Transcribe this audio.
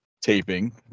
taping